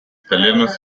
italianos